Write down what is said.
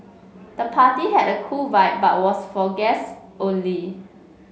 the party had a cool vibe but was for guests only